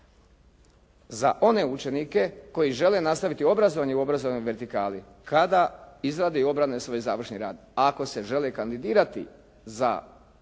Za one učenike koji žele nastaviti obrazovanje u obrazovnoj vertikali, kada izrade i obrane svoj završni rad ako se žele kandidirati za bilo